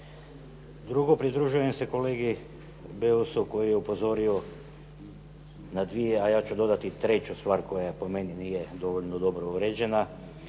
Drugo, pridružujem se kolegi Beusu koji je upozorio na dvije, a ja ću dodati i treću stvar koja po meni nije dovoljno dobro uređena,